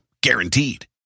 Guaranteed